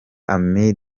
ami